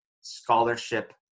scholarship